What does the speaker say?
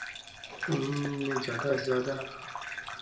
में ज़्यादा से ज़्यादा